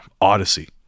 odyssey